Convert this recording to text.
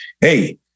Hey